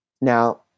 Now